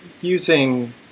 using